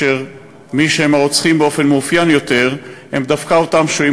ומי שהם הרוצחים המאופיינים יותר הם דווקא אותם שוהים